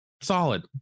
solid